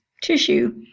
tissue